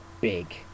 big